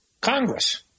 Congress